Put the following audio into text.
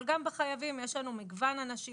אבל גם בחייבים יש לנו מגוון אנשים.